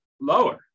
Lower